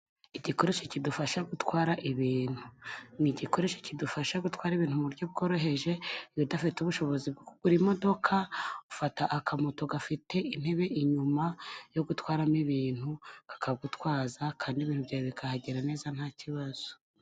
Igikoresho kidufasha gutwara ibintu. Ni igikoresho kidufasha gutwara ibintu mu buryo bworoheje, iyo udafite ubushobozi bwo kugura imodoka, ufata akamoto gafite intebe inyuma yo gutwaramo ibintu, kakagutwaza kandi ibintu byawe bikahagera neza nta kibazo.